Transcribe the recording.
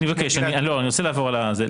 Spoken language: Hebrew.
לא, אני מבקש לעבור על הזה.